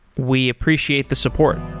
we appreciate the support